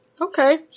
Okay